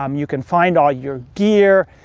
um you can find all your gear.